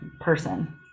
person